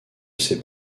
ses